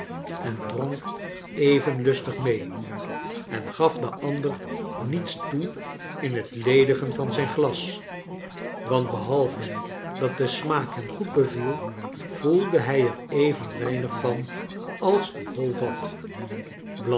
en dronk even lustig mee en gaf den ander niets toe in het ledigen van zijn glas want behalve dat de smaak hem goed beviel voeide hij er even weinig van als een hoi vat